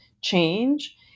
change